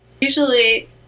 usually